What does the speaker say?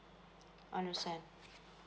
understand